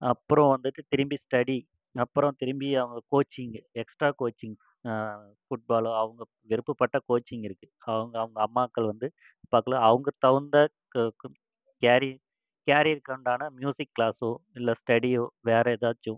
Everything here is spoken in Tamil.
அப்புறோம் வந்துட்டு திரும்பி ஸ்டடி அப்புறோம் திரும்பி அவங்க கோச்சிங்கு எக்ஸ்டா கோச்சிங் ஃபுட்பாலோ அவங்க விருப்பப்பட்ட கோச்சிங் இருக்குது அவங்கவுங்க அம்மாக்கள் வந்து அவங்களுக்கு தகுந்த கேரி கேரியருக்கு உண்டான மியூசிக் கிளாஸோ இல்லை ஸ்டடியோ வேறு ஏதாச்சும்